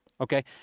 okay